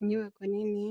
Inyubako nini,